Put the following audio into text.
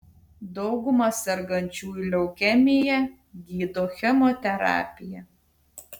daugumą sergančiųjų leukemija gydo chemoterapija